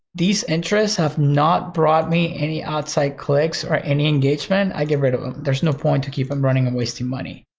these interests have not brought me any outside clicks or any engagement, i get rid of them. there's no point to keep them running and wasting money.